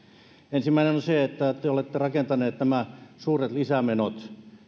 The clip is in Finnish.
ensimmäinen on se että te olette rakentaneet nämä suuret lisämenot